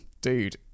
Dude